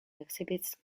exhibits